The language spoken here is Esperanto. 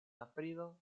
aprilo